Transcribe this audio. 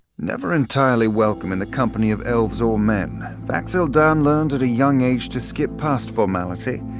never entirely welcome in the company of elves or men, vax'ildan learned at a young age to skip past formality,